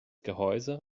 gehäuse